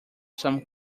some